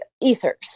ethers